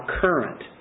current